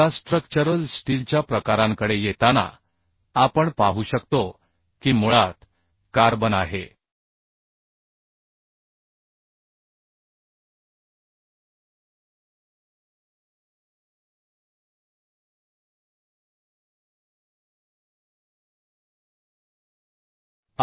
आता स्ट्रक्चरल स्टीलच्या प्रकारांकडे येताना आपण पाहू शकतो की मुळात कार्बन आहे